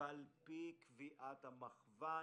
על פי קביעת המכוון